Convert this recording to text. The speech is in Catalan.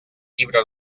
llibre